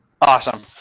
Awesome